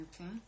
Okay